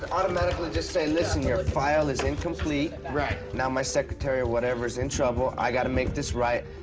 and automatically just say, listen here, file is incomplete. right. now my secretary, or whatever, is in trouble. i've got to make this right.